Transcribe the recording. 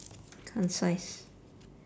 concise